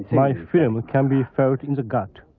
my film can be felt in the gut.